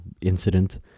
incident